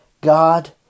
God